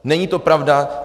Není to pravda.